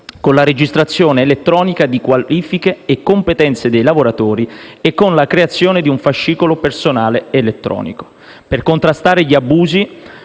con la registrazione elettronica di qualifiche e competenze dei lavoratori e con la creazione di un fascicolo personale elettronico. Per contrastare gli abusi,